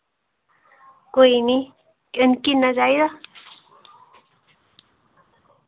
कोई नि किन्ना चाहिदा